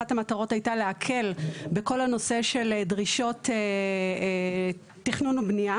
אחת המטרות הייתה להקל בכל הנושא של דרישות תכנון ובנייה